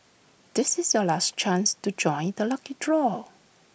this is your last chance to join the lucky draw